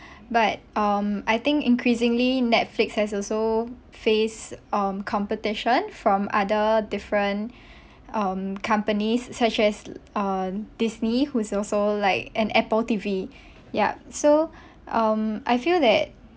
but um I think increasingly Netflix has also faced um competition from other different um companies such as um Disney who is also like an apple T_V yup so um I feel that